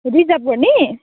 reserve गर्ने